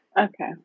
Okay